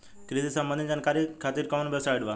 कृषि से संबंधित जानकारी खातिर कवन वेबसाइट बा?